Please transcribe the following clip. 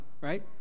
right